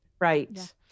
Right